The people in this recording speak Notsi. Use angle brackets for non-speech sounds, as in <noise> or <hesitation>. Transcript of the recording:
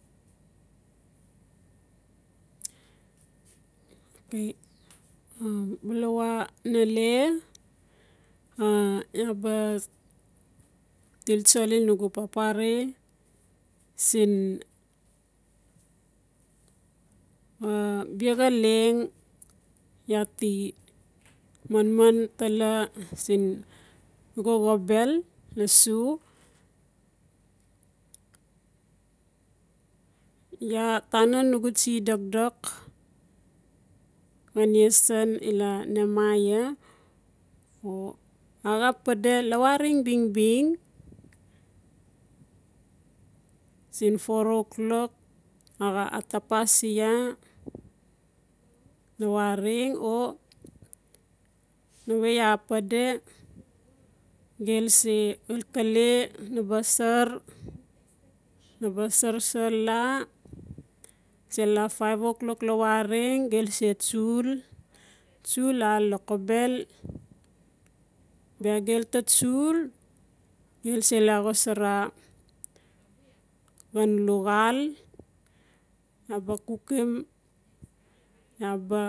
<noise> okay <hesitation> balawa nale <hesitation> iaa ba til tsoli nugu papare siin <hesitation> biaxa leng ia ti manman tala siin nugu xobel lossu. Iaa tana nugu tsie dokdok xan yesan ila menaiah <hesitation> axa pade lawareng bin bing <noise> sin four o'clock axa atapasi iaa <noise> lawareng o nawe iaa pade gelse xalkale naba sar. Naba sarsar laa <noise> sela five o'clock lawareng gelse tsul tsul la lokobel <noise> sela gelu ta tsul gelse laa xosara xan luxal iaa ba kukim ia ba ba